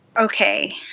Okay